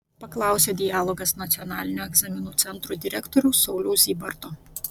paklausė dialogas nacionalinio egzaminų centro direktoriaus sauliaus zybarto